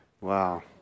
Wow